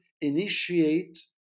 initiate